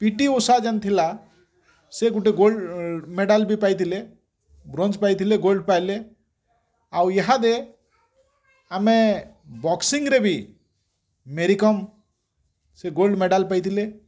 ପିଟି ଓଷା ଯେନ୍ ଥିଲା ସେ ଗୋଟେ ଗୋଲ୍ଡ ମେଡ଼ାଲ୍ ବି ପାଇଥିଲେ ବ୍ରୋଞ୍ଚ ପାଇଥିଲେ ଗୋଲ୍ଡ ପାଇଲେ ଆଉ ଇହାଦେ ଆମେ ବସ୍କିଙ୍ଗ୍ ରେ ବି ମେରିକମ୍ ସେ ଗୋଲ୍ଡ ମେଡ଼ାଲ୍ ପାଇଥିଲେ